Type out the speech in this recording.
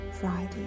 Friday